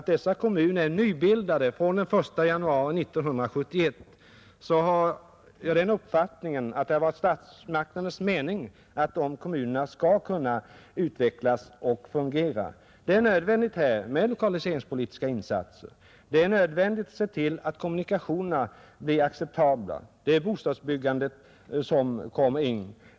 Dessa kommuner nybildades ju den 1 januari 1971, och jag kan inte förstå annat än att det var statsmakternas mening att de skulle kunna utvecklas och fungera. Det är därför nödvändigt med lokaliseringspolitiska insatser, och det är nödvändigt att se till att kommunikationerna blir acceptabla och att bostadsbyggandet får en tillräcklig omfattning.